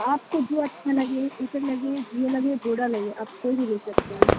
آپ کو جو اچھا لگے اسر لگیے جیو لگے بورا لگیے آپ کوئی بھی مل سکتے ہیں